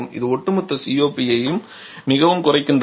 இது ஒட்டுமொத்த COP ஐ மிகவும் குறைக்கின்றன